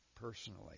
personally